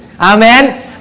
Amen